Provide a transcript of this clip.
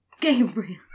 Gabriel